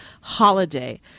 holiday